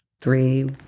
three